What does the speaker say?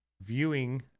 viewing